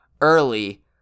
early